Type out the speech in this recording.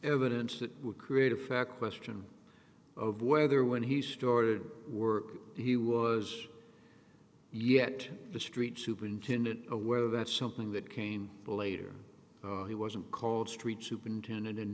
evidence that would create a fact question of whether when he stored work he was yet the street superintendent aware of that something that came later he wasn't called street superintendent